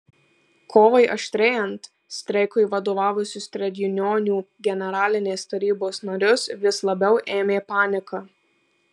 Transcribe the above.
kovai aštrėjant streikui vadovavusius tredjunionų generalinės tarybos narius vis labiau ėmė panika